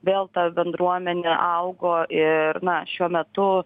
vėl ta bendruomenė augo ir na šiuo metu